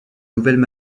nouvelles